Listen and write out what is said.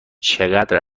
چقدر